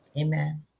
Amen